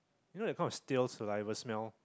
you know that kind of stale saliva smell